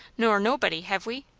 nor nobody, hev' we?